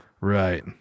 Right